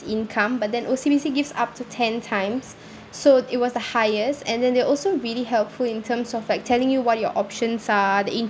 income but then O_C_B_C gives up to ten times so it was the highest and then they're also really helpful in terms of like telling you what your options are the